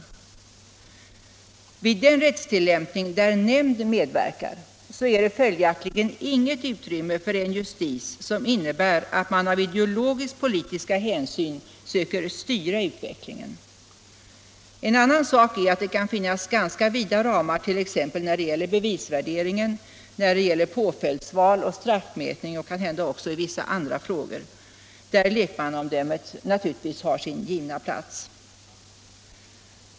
Vid Nr 45 den rättstillämpning där nämnd medverkar finns det följaktligen inget | Fredagen den utrymme för en justis som innebär att man av ideologiskt-politiska hän 12 december 1975 SYN söker styra utvecklingen. En annan sak är att det kan finnas ganska vida ramar exempelvis Formerna för när det gäller bevisvärderingen, påföljdsval och straffmätning och kannämndemansval, hända även när det gäller vissa andra frågor, där Ilekmannaomdömet nam.m. turligtvis har sin givna plats.